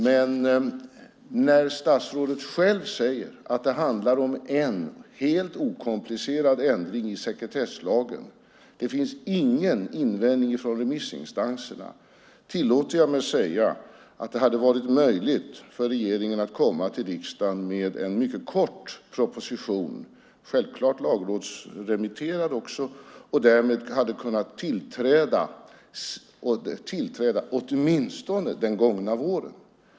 Men när statsrådet själv säger att det handlar om en helt okomplicerad ändring i sekretesslagen - det finns ingen invändning från remissinstanserna - tillåter jag mig att säga att det hade varit möjligt för regeringen att komma till riksdagen med en mycket kort proposition, självklart lagrådsremitterad. Därmed hade den kunnat tillträdas åtminstone den gångna våren.